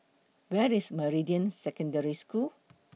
Where IS Meridian Secondary School